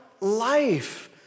life